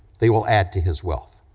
they will add to his wealth.